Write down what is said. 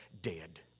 dead